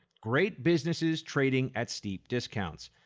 great businesses trading at steep discounts.